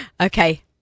Okay